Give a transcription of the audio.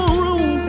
room